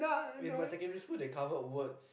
in my secondary school they covered words